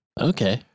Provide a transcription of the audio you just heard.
Okay